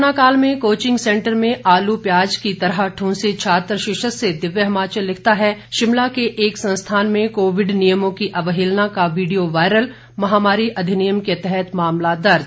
corona काल में coaching centre में आलू प्याज की तरह दूंसे छात्र शीर्षक से दिव्य हिमाचल लिखता है शिमला के एक संस्थान में कोविड नियमों की अवहेलना का वीडियो वायरल महामारी अधिनियम के तहत मामला दर्ज